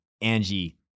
Angie